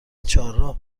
چهارراه